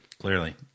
Clearly